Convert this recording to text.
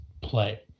play